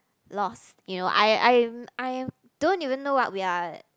lost you know I I'm I'm don't even know what we are